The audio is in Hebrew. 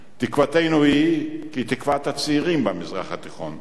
תקוותנו היא כתקוות הצעירים במזרח התיכון,